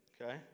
okay